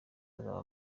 azaba